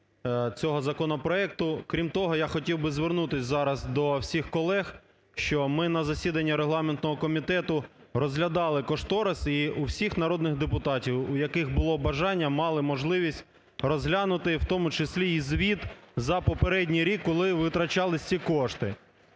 цього законопроекту. Крім того, я хотів би звернутись зараз до всіх колег, що ми на засіданні Регламентного комітету розглядали кошторис і у всіх народних депутатів, у яких було бажання, мали можливість розглянути. В тому числі і звіт за попередній рік, коли витрачались ці кошти.